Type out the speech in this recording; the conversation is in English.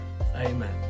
Amen